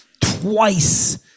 twice